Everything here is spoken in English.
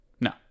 No